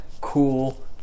cool